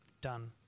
done